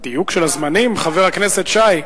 הדיוק של הזמנים, חבר הכנסת שי.